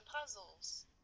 puzzles